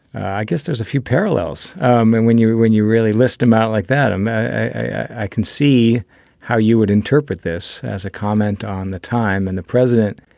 i guess there's a few parallels. um and when you when you really list him out like that, and him, i can see how you would interpret this as a comment on the time and the president.